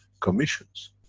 commissions.